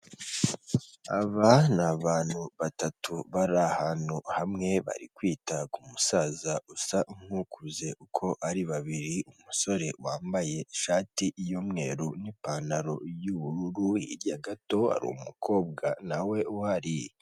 Aba ni abantu batatu bari ahantu hamwe bari kwita ku musaza usa nk'ukuze uko ari babiri, umusore wambaye ishati y'umweru n'ipantaro y'ubururu, hirya gato hari umukobwa nawe uhari.